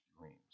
dreams